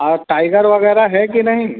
और टाइगर वगैरह है कि नहीं